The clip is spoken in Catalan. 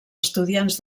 estudiants